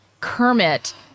Kermit